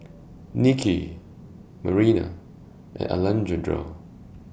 Nicky Marina and Alejandra